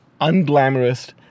unglamorous